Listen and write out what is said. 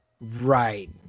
right